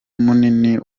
munini